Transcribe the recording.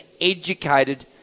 educated